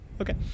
Okay